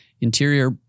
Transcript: interior